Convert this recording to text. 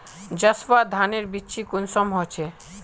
जसवा धानेर बिच्ची कुंसम होचए?